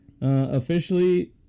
Officially